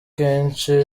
kenshi